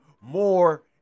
more